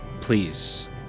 Please